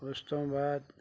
ਉਸ ਤੋਂ ਬਾਅਦ